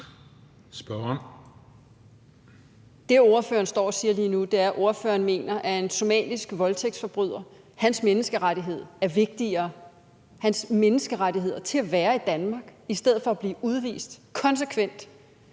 Det, som ordføreren står og siger lige nu, er, at ordføreren mener, at en somalisk voldtægtsforbryders menneskerettighed er vigtigere, altså at hans menneskerettighed til at være i Danmark i stedet for at blive udvist konsekvent